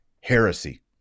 heresy